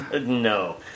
No